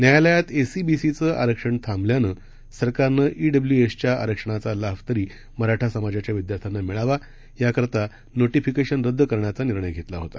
न्यायालयात एसईबीसीचं आरक्षण थांबल्यानं सरकारनं ईडब्ल्यूएसच्या आरक्षणाचा लाभ तरी मराठा समाजाच्या विदयार्थांना मिळावा याकरिता नोटीफिकेशन रद्द करण्याचा निर्णय घेतला होता